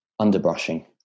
underbrushing